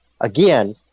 again